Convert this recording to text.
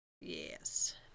Yes